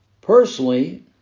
personally